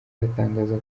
aratangaza